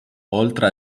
oltre